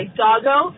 doggo